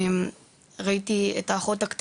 ראיתי את אחותי הקטנה,